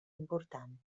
important